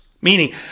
Meaning